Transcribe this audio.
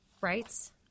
writes